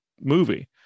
movie